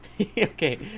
Okay